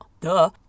duh